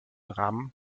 rahmen